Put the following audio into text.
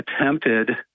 attempted